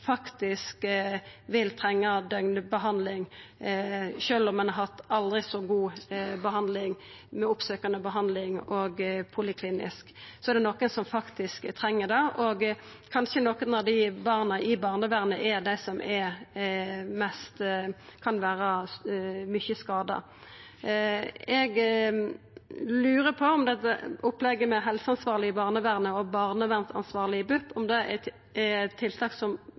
vil trenga døgnbehandling. Sjølv om ein har hatt aldri så god behandling med oppsøkjande behandling og poliklinisk, er det nokre som faktisk treng døgnbehandling, og nokre av barna i barnevernet er kanskje dei som er mest skada. Eg lurar på om opplegget med helseansvarleg i barnevernet og barnevernsansvarleg i BUP er eit tiltak som no fungerer. Eg skulle gjerne hatt ei tilbakemelding på det, for det er